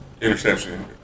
interception